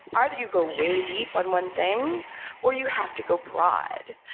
either you go way deep on one thing or you have to go broad.